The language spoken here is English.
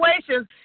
situations